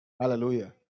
Hallelujah